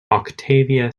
octavia